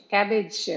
Cabbage